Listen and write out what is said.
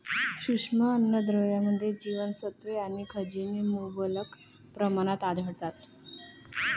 सूक्ष्म अन्नद्रव्यांमध्ये जीवनसत्त्वे आणि खनिजे मुबलक प्रमाणात आढळतात